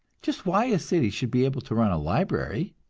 just why a city should be able to run a library,